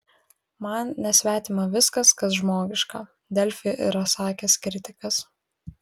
man nesvetima viskas kas žmogiška delfi yra sakęs kritikas